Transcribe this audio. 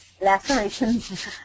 lacerations